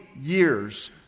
years